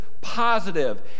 positive